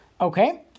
Okay